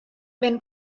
wenn